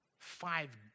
Five